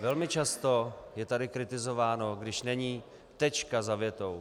Velmi často je tady kritizováno když není tečka za větou.